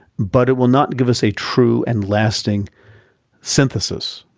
but it will not give us a true and lasting synthesis.